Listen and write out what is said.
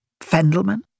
Fendelman